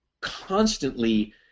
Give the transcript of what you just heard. Constantly